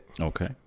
Okay